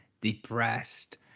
depressed